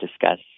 discuss